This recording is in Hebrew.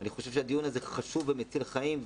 אני חושב שהדיון הזה חשוב ומציל חיים,